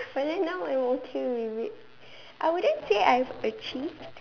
but then now I'm okay with it I wouldn't say I've achieved